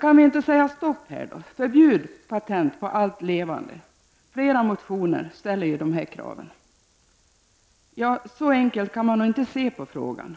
Kan vi då inte här säga stopp och förbjuda patent på allt levande? I flera motioner ställs det kravet. Så enkelt kan man noginte se på frågan.